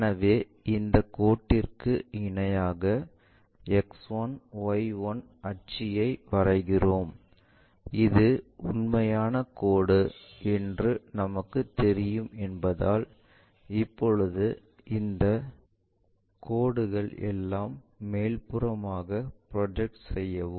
எனவே இந்த கோட்டிற்கு இணையாக X1 Y1 அட்சியை வரைகிறோம் இது உண்மையான கோடு என்று நமக்கு தெரியும் என்பதால் இப்போது இந்த கோடுகளை எல்லாம் மேல்புரமாக ப்ரொஜெக்ட் செய்யவும்